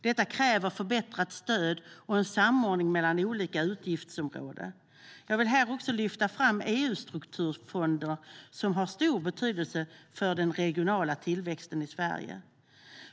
Detta kräver förbättrat stöd och en samordning mellan olika utgiftsområden. Jag vill här lyfta fram EU:s strukturfonder, som har stor betydelse för den regionala tillväxten i Sverige.